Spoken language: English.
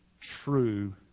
true